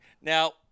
Now